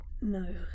No